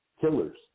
killers